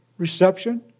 Reception